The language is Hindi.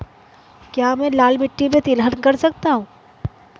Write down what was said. क्या मैं लाल मिट्टी में तिलहन कर सकता हूँ?